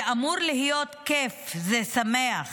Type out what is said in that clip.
זה אמור להיות כיף, זה שמח,